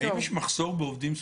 האם יש מחסור בעובדים סוציאליים?